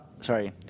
Sorry